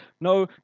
No